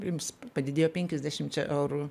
jums padidėjo penkiasdešimčia eurų